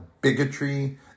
bigotry